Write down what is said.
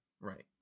Right